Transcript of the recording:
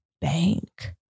bank